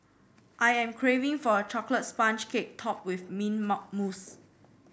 I am craving for a chocolate sponge cake topped with mint mousse